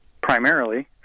primarily